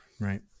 right